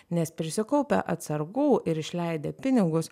nes prisikaupia atsargų ir išleidę pinigus